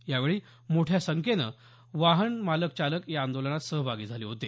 यावेळी मोठ्या संख्येनं वाहन मालक चालक या आंदोलनात सहभागी झाले होते